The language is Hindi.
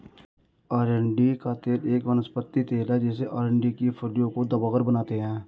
अरंडी का तेल एक वनस्पति तेल है जिसे अरंडी की फलियों को दबाकर बनाते है